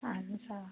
اَہَن حظ آ